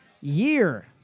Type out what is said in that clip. year